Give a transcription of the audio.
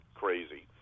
crazy